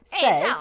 says